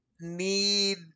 need